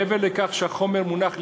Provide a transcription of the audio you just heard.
מעבר לכך שהחומר מונח לעיונכם,